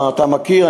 אתה מכיר,